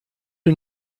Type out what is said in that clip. who